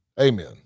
Amen